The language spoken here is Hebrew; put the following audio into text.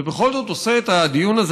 ובכל זאת עושה את הדיון הזה,